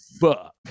Fuck